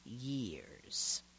years